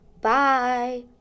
bye